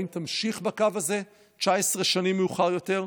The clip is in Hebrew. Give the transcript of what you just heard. האם תמשיך בקו הזה 19 שנים מאוחר יותר?